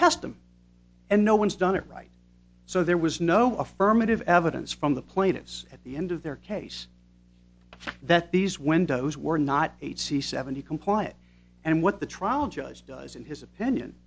test them and no one's done it right so there was no affirmative evidence from the plaintiffs at the end of their case that these windows were not eight c seventy compliant and what the trial judge does in his opinion